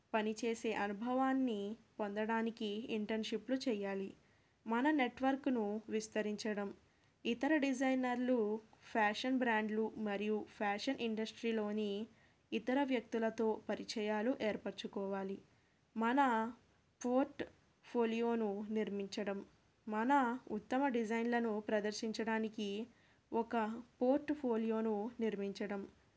పనిచేసే అనుభవాన్ని పొందడానికి ఇంటర్న్షిప్లు చెయాలి మన నెట్వర్క్ను విస్తరించడం ఇతర డిజైనర్లు ఫ్యాషన్ బ్రాండ్లు మరియు ఫ్యాషన్ ఇండస్ట్రీలోని ఇతర వ్యక్తులతో పరిచయాలు ఏర్పరచుకోవాలి మన ఫోర్ట్ఫోలియోను నిర్మించడం మన ఉత్తమ డిజైన్లను ప్రదర్శించడానికి ఒక ఫోర్ట్ఫోలియోను నిర్మించడం